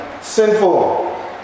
sinful